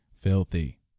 filthy